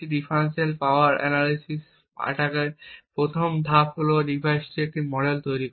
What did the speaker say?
differential power analysis অ্যাটাকের প্রথম ধাপ হল ডিভাইসের একটি মডেল তৈরি করা